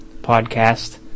podcast